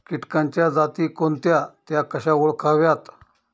किटकांच्या जाती कोणत्या? त्या कशा ओळखाव्यात?